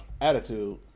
attitude